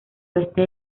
oeste